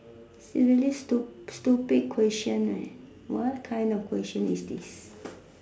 it's really stu~ stupid question right what kind of question is this